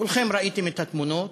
כולכם ראיתם את התמונות,